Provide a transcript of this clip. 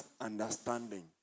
understanding